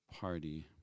party